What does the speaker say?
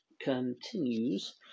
continues